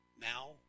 now